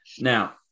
Now